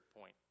point